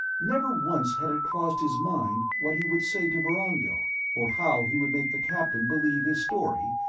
never once had it crossed his mind what he would say to vorongil or how he would make the captain believe his story,